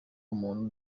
umuntu